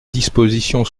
disposition